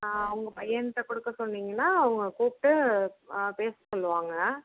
ஆ உங்கள் பையன்ட்ட கொடுக்க சொன்னிங்கன்னா அவங்க கூப்பிட்டு பேச சொல்வாங்க